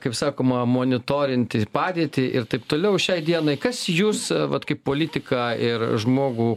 kaip sakoma monitorinti padėtį ir taip toliau šiai dienai kas jus vat kaip politiką ir žmogų